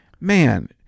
man